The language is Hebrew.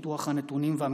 הוועדה